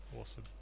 Awesome